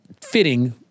fitting